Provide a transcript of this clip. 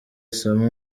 isomo